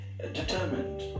determined